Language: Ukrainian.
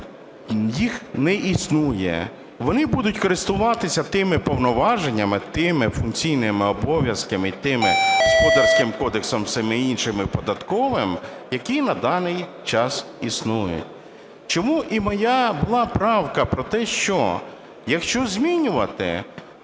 їх не існує. Вони будуть користуватися тими повноваженнями, тими функційними обов'язками і тим Господарським кодексом, всіма іншими, і Податковим, які на даний час існують. Чому і моя була правка про те, що якщо змінювати